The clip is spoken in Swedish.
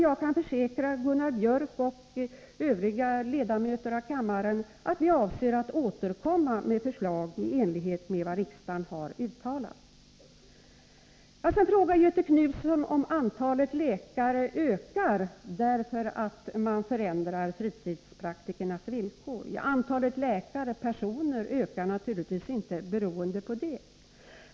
Jag kan försäkra Gunnar Biörck och övriga ledamöter av kammaren att vi avser att återkomma med förslag i enlighet med vad riksdagen har uttalat. Sedan frågade Göthe Knutson om antalet läkare ökar därför att man förändrar fritidspraktikernas villkor. Ja, antalet personer ökar naturligtvis inte beroende på detta.